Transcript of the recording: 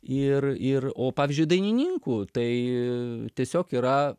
ir ir o pavyzdžiui dainininkų tai tiesiog yra